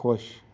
خۄش